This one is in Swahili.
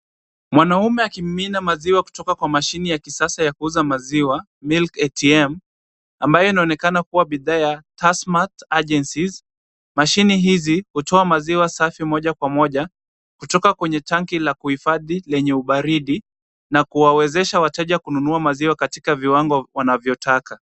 Mwanamume akimimina maziwa kutoka kwa mashini ya kisasa ya kuuza maziwa, Milk ATM ambayo inaonekana kuwa bidhaa ya tasmark agencies, mashini hizi hutoa maziwa safi moja kwa moja kutoka kwenye tanki la kuhifadhi lenye ubaridi na kuwawezesha wateja kununua maziwa katika viwango wanavyotaka.